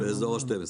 באזור השנים-עשר.